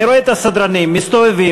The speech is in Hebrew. אני רואה את הסדרנים מסתובבים,